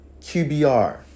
QBR